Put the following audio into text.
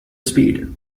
speed